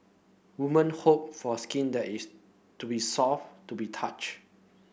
woman hope for skin that is to be soft to be touch